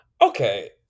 Okay